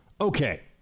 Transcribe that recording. Okay